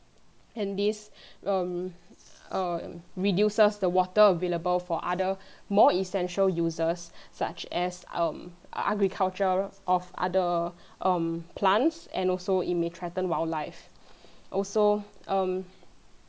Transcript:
and this um err reduces the water available for other more essential users such as um agriculture of other um plants and also it may threaten wild life also um